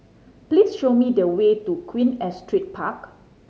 please show me the way to Queen Astrid Park